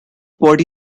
body